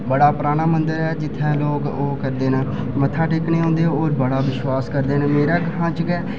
बड़ा पराना मंदिर ऐ जित्थें लोक ओह् करदे न ओह् मत्था टेकने गी औंदे न ते कन्नै बड़ा विश्वास करदे न मेरे ग्रांऽ च